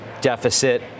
deficit